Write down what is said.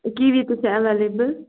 kiwi تہِ چھِ available